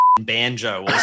banjo